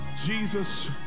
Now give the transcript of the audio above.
Jesus